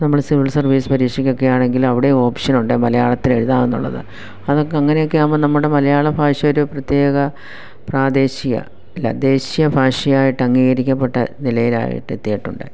ഇപ്പോൾ നമ്മള് civil service പരീക്ഷക്കൊക്കെ ആണെങ്കിലും അവിടെയും ഓപ്ഷൻ ഉണ്ട് മലയാളത്തിൽ എഴുതുക എന്നുള്ളത് അതൊക്കെ അങ്ങനെയൊക്കെ ആകുമ്പോൾ നമ്മുടെ മലയാള ഭാഷയൊരു പ്രത്യേക പ്രാദേശീയ അല്ല ദേശീയ ഭാഷയായിട്ട് അംഗീകരിക്കപ്പെട്ട നിലയിലായി എത്തിയിട്ടുണ്ട്